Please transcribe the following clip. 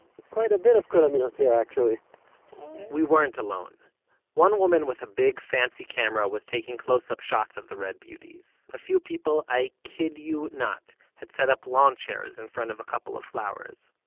quite a bit of kalaniyot here actually we weren't alone one woman with a big fancy camera was taking close up shots of the red beauties. a few people, i kid you not, had set up lawn chairs in front of a couple of flowers.